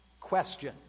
question